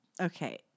Okay